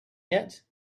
yet